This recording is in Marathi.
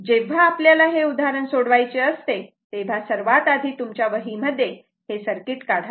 जेव्हा आपल्याला हे उदाहरण सोडवायचे असते तेव्हा सर्वात आधी तुमच्या वहीमध्ये हे सर्किट काढा